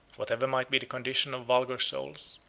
whatever might be the condition of vulgar souls,